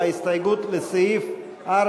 ההסתייגות של קבוצת סיעת מרצ וקבוצת